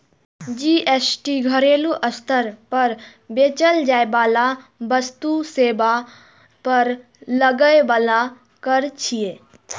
GST घरेलू स्तर पर बेचल जाइ बला वस्तु आ सेवा पर लागै बला कर छियै